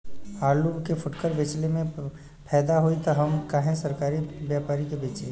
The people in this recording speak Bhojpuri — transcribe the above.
आलू के फूटकर बेंचले मे फैदा होई त हम काहे सरकारी व्यपरी के बेंचि?